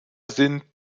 sind